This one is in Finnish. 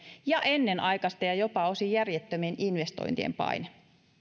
ja ennenaikaisten ja jopa osin järjettömien investointien paine